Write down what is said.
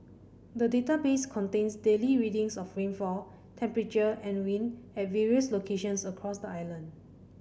the database contains daily readings of rainfall temperature and wind at various locations across the island